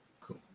cool